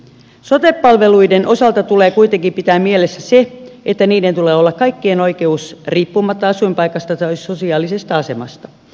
sote palveluiden osalta tulee kuitenkin pitää mielessä se että niiden tulee olla kaikkien oikeus riippumatta asuinpaikasta tai sosiaalisesta asemasta